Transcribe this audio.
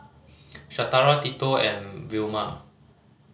Shatara Tito and Vilma